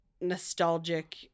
nostalgic